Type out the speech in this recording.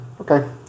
Okay